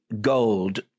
gold